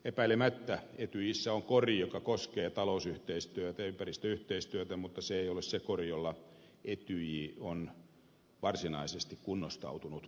epäilemättä etyjissä on kori joka koskee talousyhteistyötä ja ympäristöyhteistyötä mutta se ei ole se kori jolla etyj on varsinaisesti kunnostautunut